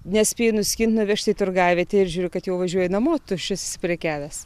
nespėji nuskint nuvežt į turgavietę ir žiūri kad jau važiuoji namo tuščias prekiavęs